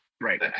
right